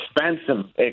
expensive